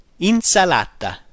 Insalata